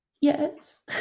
Yes